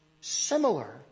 similar